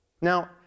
Now